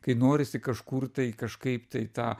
kai norisi kažkur tai kažkaip tai tą